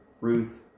Ruth